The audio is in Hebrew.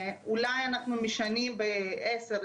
ואולי אנחנו משנים ב-10%,